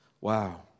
Wow